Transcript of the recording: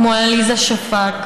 כמו עליזה שפק,